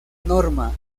norma